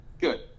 Good